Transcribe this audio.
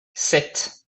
sept